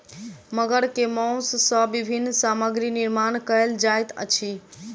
मगर के मौस सॅ विभिन्न सामग्री निर्माण कयल जाइत अछि